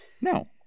No